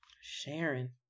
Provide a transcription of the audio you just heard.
Sharon